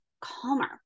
calmer